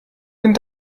den